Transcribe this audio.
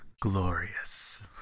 glorious